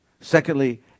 Secondly